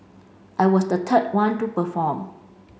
I was the third one to perform